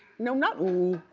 no, not ooh.